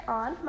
on